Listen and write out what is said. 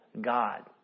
God